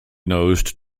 nosed